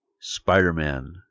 Spider-Man